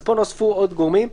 פה נוספו עוד גורמים.